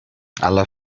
alla